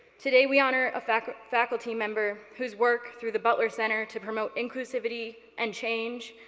today we honor a faculty faculty member whose work through the butler center to promote inclusivity and change,